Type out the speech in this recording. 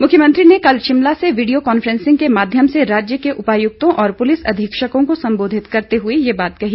मुख्यमंत्री ने कल शिमला से वीडियो कांफ्रेंसिंग के माध्यम से राज्य के उपायुक्तों और पुलिस अधीक्षकों को संबोधित करते हुए ये बात कही